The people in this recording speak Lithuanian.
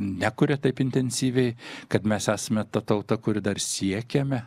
nekuria taip intensyviai kad mes esame ta tauta kuri dar siekiame